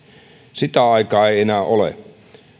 sitä aikaa ei enää ole